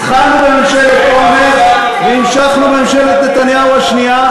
התחלנו בממשלת אולמרט והמשכנו בממשלת נתניהו השנייה,